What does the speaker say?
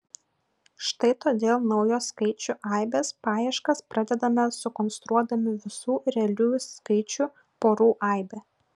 štai todėl naujos skaičių aibės paieškas pradedame sukonstruodami visų realiųjų skaičių porų aibę